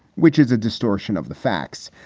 which is a distortion of the facts.